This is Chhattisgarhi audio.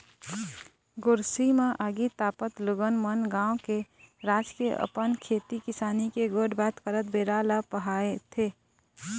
गोरसी म आगी तापत लोगन मन गाँव के, राज के, अपन खेती किसानी के गोठ बात करत बेरा ल पहाथे